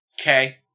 Okay